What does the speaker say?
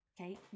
Okay